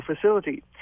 facility